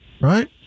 right